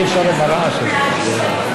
אי-אפשר עם הרעש הזה.